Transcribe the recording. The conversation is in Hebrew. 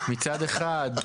מצד אחד,